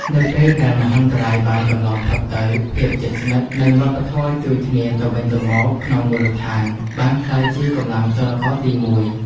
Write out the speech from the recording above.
នៅពេលដែលមហន្តរាយបានកន្លងផុតទៅ ភាពជិតស្និទ្ធ និងវប្បធម៌ជួយគ្នាទៅវិញទៅមកក្នុងមូលដ្ឋាន បានក្លាយជាកម្លាំងចលករទីមួយ។